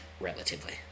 Relatively